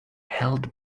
held